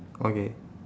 okay